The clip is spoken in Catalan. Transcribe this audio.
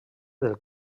del